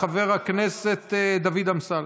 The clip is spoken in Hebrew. בבקשה, חבר הכנסת דוד אמסלם.